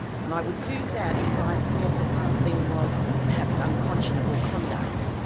and i would do that if i thought that something was perhaps unconscionable conduct.